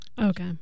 Okay